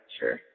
sure